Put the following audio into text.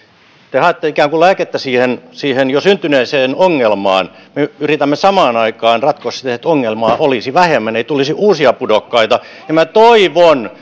te haette ikään kuin lääkettä siihen siihen jo syntyneeseen ongelmaan me yritämme samaan aikaan ratkoa sitä että ongelmaa olisi vähemmän ei tulisi uusia pudokkaita minä toivon